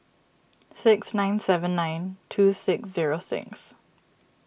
six nine seven nine two six zero six